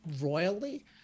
royally